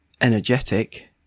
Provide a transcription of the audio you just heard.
energetic